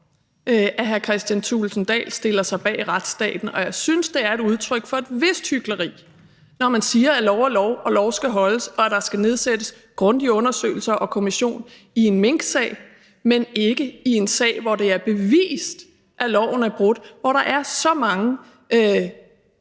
at hr. Kristian Thulesen Dahl stiller sig bag retsstaten, og jeg synes, det er et udtryk for et vist hykleri, når man siger, at lov er lov, og lov skal holdes, og at der skal foretages grundige undersøgelser og nedsættes en kommission i minksagen, men ikke i en sag, hvor det er bevist, at loven er brudt, og hvor der er så mange